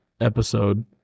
episode